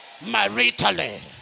maritally